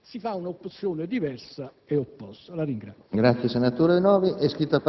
che poi è un incubo perché è una società